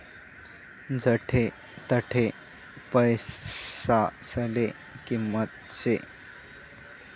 जठे तठे पैसासले किंमत शे